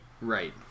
Right